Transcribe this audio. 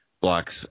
blocks